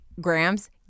Grams